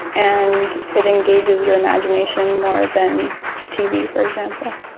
and it engages your imagination more than tv, for example.